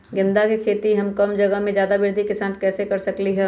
गेंदा के खेती हम कम जगह में ज्यादा वृद्धि के साथ कैसे कर सकली ह?